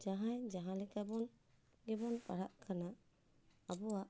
ᱡᱟᱦᱟᱸᱭ ᱡᱟᱦᱟᱸ ᱞᱮᱠᱟ ᱵᱚᱱ ᱜᱮᱵᱚᱱ ᱯᱟᱲᱦᱟᱜ ᱠᱟᱱᱟ ᱟᱵᱚᱣᱟᱜ